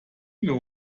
knew